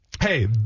Hey